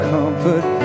Comfort